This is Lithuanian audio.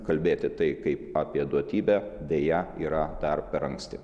kalbėti tai kaip apie duotybę deja yra dar per anksti